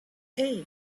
hey